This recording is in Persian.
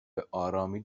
بهآرامی